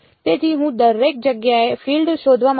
તેથી હું દરેક જગ્યાએ ફીલ્ડ શોધવા માંગુ છું